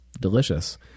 delicious